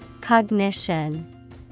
Cognition